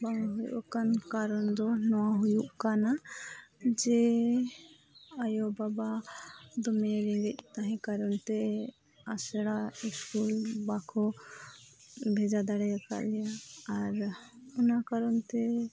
ᱵᱟᱝ ᱦᱩᱭᱩᱜ ᱠᱟᱱ ᱠᱟᱨᱚᱱ ᱫᱚ ᱱᱚᱣᱟ ᱦᱩᱭᱩᱜ ᱠᱟᱱᱟ ᱡᱮ ᱟᱭᱳᱼᱵᱟᱵᱟ ᱫᱚᱢᱮ ᱨᱮᱸᱜᱮᱡ ᱛᱟᱦᱮᱸ ᱠᱟᱨᱚᱱᱛᱮ ᱟᱥᱲᱟ ᱵᱟᱠᱚ ᱵᱷᱮᱡᱟ ᱫᱟᱲᱮᱭᱟᱠᱟᱫ ᱞᱮᱭᱟ ᱟᱨ ᱚᱱᱟ ᱠᱟᱨᱚᱱᱛᱮ